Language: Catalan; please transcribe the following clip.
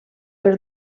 per